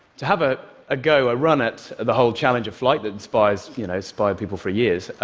to have ah a go, a run at the whole challenge of flight that inspired you know inspired people for years,